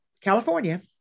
California